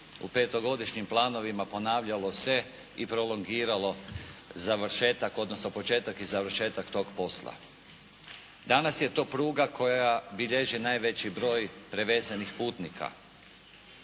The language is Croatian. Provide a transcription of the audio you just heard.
u petogodišnjim planovima ponavljalo se i prolongiralo završetak odnosno početak i završetak tog posla. Danas je to pruga koja bilježi najveći broj prevezenih putnika